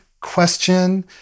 question